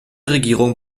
regierung